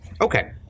Okay